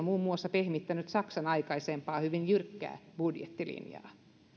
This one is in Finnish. muun muassa pehmittänyt saksan aikaisempaa hyvin jyrkkää budjettilinjaa